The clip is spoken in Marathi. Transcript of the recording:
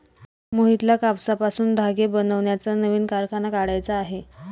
मोहितला कापसापासून धागे बनवण्याचा नवीन कारखाना काढायचा आहे